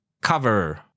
cover